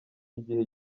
igihe